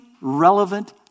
relevant